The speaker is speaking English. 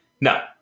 No